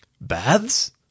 Baths